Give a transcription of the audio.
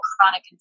chronic